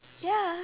ya